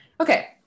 Okay